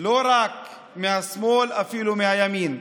לא רק מהשמאל, אפילו מהימין.